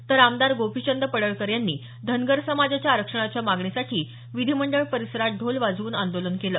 तर आमदार गोपिचंद पडळकर यांनी धनगर समाजाच्या आरक्षणाच्या मागणीसाठी विधीमंडळ परिसरात ढोल वाजवून आंदोलन केलं